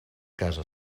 casa